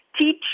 teach